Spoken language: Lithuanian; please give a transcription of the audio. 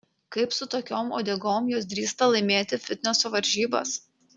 kaip su tokiom uodegom jos drįsta laimėti fitneso varžybas